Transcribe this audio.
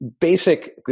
basic